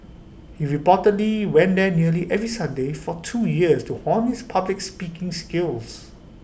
he reportedly went there nearly every Sunday for two years to hone his public speaking skills